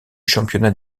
championnat